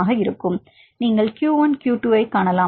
நீங்கள் q 1 மற்றும் q 2 ஐக் காணலாம்